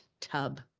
tub